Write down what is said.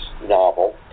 novel